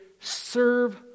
Serve